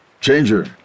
Changer